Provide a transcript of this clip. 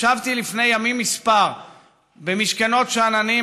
ישבתי לפני ימים מספר במשכנות שאננים,